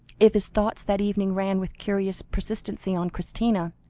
if his thoughts that evening ran with curious persistency on christina,